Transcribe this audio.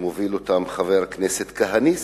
שמוביל אותם חבר כנסת כהניסט.